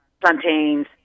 plantains